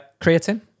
Creatine